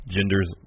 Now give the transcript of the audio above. Genders